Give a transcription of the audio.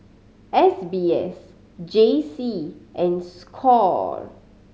S B S J C and score